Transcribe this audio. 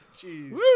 Jeez